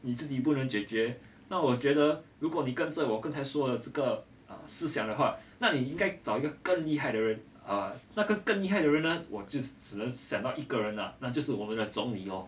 你自己不能解决那我觉得如果你跟着我刚才说的这个思想的话那你应该找一个更厉害的人 err 那个更厉害的人我就只能想到一个人啦那就是我们总理咯